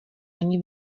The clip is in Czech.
ani